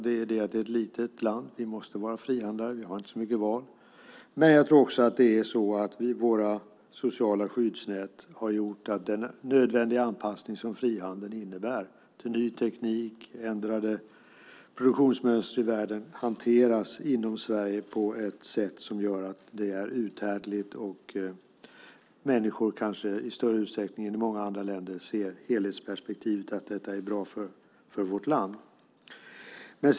Vi är ett litet land, och vi måste ha frihandel - vi har inte så mycket val. Men våra sociala skyddsnät har också gjort att den nödvändiga anpassning som frihandeln innebär, till ny teknik och ändrade produktionsmönster i världen, inom Sverige hanteras på ett sådant sätt att det är uthärdligt och att människor i större utsträckning än i många andra länder ser helhetsperspektivet, att detta är bra för vårt land.